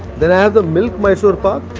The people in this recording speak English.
then i have the milk mysore pak.